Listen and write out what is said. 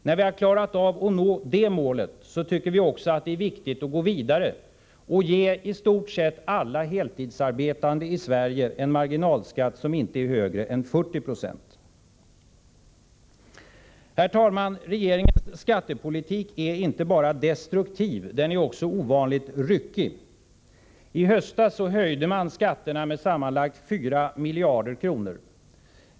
När vi har nått det målet tycker vi att det är viktigt att också gå vidare och ge i stort sett alla heltidsarbetande i Sverige en marginalskatt som inte är högre än 40 96. Herr talman! Regeringens skattepolitik är inte bara destruktiv, den är också ovanligt ryckig. I höstas höjde man skatterna med sammanlagt 4 miljarder kronor.